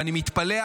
ואני מתפלא,